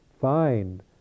find